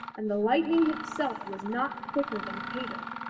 and the lightning itself was not quicker than peter.